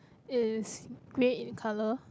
is grey in colour